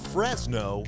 Fresno